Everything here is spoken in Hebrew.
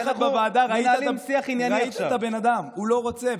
היינו ביחד בוועדה, ראית את הבן אדם, הוא לא רוצה.